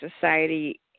society